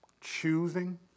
choosing